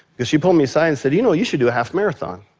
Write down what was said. because she pulled me aside and said, you know, you should do a half marathon.